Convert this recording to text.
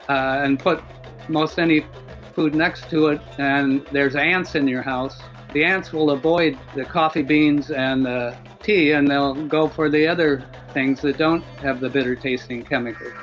and put most any food next to it, and there's ants in your house the ants will avoid the coffee beans and the tea, and they'll go for the other things that don't have the bitter-tasting chemical